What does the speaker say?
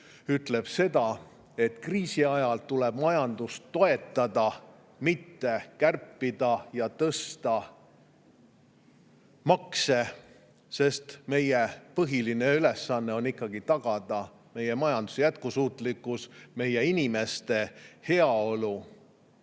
ütleb seda, et kriisi ajal tuleb majandust toetada, mitte kärpida või tõsta makse. Meie põhiline ülesanne on ikkagi tagada meie majanduse jätkusuutlikkus, meie inimeste heaolu.